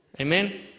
Amen